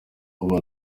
ubu